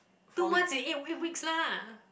two months is eight eight weeks lah